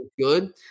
good